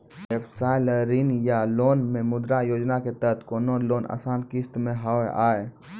व्यवसाय ला ऋण या लोन मे मुद्रा योजना के तहत कोनो लोन आसान किस्त मे हाव हाय?